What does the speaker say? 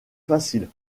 facile